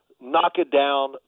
knock-it-down